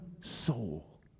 soul